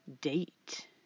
date